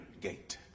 gate